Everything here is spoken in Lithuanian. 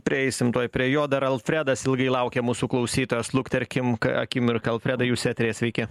prieisim tuoj prie jo dar alfredas ilgai laukė mūsų klausytojas lukterkim akimirką alfredai jūs eteryje sveiki